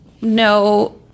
No